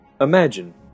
Imagine